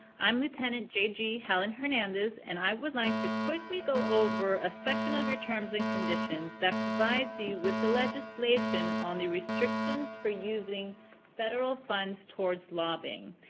i'm lieutenant jg helen hernandez, and i would like to quickly go over a section of your terms and conditions that provides you with the legislation on the restrictions for using federal funds towards lobbying,